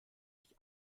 sich